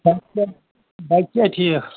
بَچہٕ چھا ٹھیٖک